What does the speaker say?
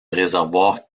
réservoir